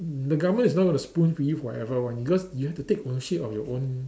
the government is not going to spoon feed you forever one because you have to take ownership of your own